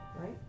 right